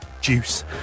juice